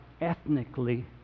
ethnically